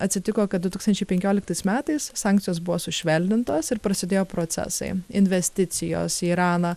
atsitiko kad du tūkstančiai penkioliktais metais sankcijos buvo sušvelnintos ir prasidėjo procesai investicijos į iraną